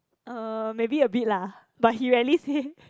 uh maybe a bit lah but he rarely say